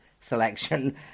selection